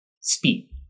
Speed